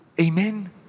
Amen